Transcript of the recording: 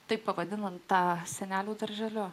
taip pavadinome tą senelių darželiu